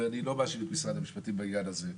ואני לא מאשים את משרד המשפטים בעניין הזה,